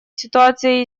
ситуация